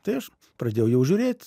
tai aš pradėjau jau žiūrėt